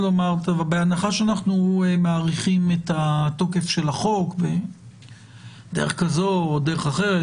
בהנחה שאנחנו מאריכים את התוקף של החוק בדרך כזו או בדרך אחרת,